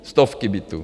Stovky bytů.